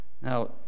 Now